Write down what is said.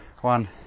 one